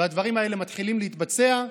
והדברים האלה מתחילים להתבצע,